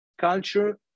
Culture